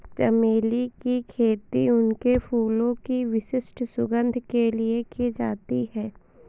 चमेली की खेती उनके फूलों की विशिष्ट सुगंध के लिए की जाती है